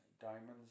diamonds